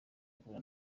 ihura